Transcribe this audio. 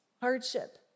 hardship